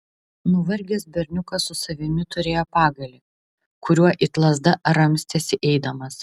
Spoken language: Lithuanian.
nuvargęs berniukas su savimi turėjo pagalį kuriuo it lazda ramstėsi eidamas